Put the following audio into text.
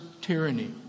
tyranny